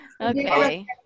Okay